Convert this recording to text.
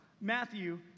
Matthew